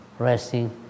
resting